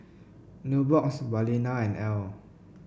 Nubox Balina and Elle